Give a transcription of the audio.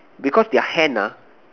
because their hand lah